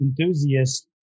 enthusiasts